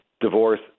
divorce